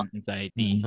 Anxiety